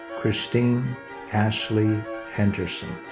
christine ashley henderson.